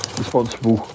responsible